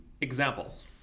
examples